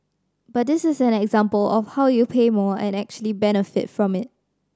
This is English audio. but this is an example of how you pay more and actually benefit from it